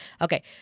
okay